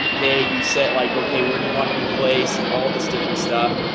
okay, you set like, okay where do you want to be placed and all this different stuff?